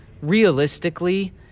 Realistically